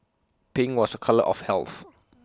pink was A colour of health